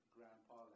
Grandpa